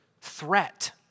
threat